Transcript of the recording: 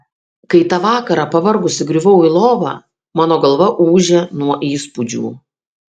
kai tą vakarą pavargusi griuvau į lovą mano galva ūžė nuo įspūdžių